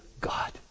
God